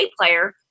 player